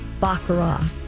baccarat